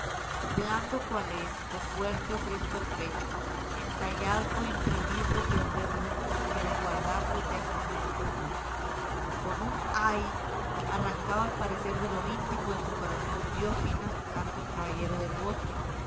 blando cual es o fuerte ofrezco el pecho entallad o imprimid lo que os dé gusto que de guardarlo eternamente juro con un ay arrancado al parecer de lo íntimo de su corazón dio fin a su canto el caballero del bosque